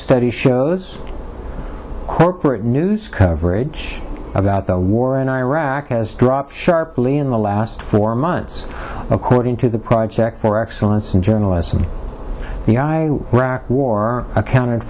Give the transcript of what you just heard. study shows corporate news coverage about the war in iraq has dropped sharply in the last four months according to the project for excellence in journalism war accounted